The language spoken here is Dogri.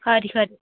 खरी खरी